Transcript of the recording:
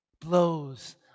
blows